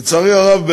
לצערי הרב,